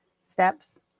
steps